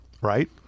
Right